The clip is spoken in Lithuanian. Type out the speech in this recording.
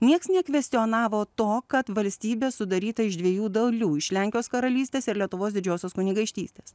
nieks nekvestionavo to kad valstybė sudaryta iš dviejų dalių iš lenkijos karalystės ir lietuvos didžiosios kunigaikštystės